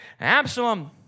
absalom